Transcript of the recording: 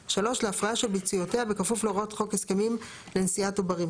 (3) להפריה של ביציותיה בכפוף להוראות חוק הסכמים לנשיאת עוברים,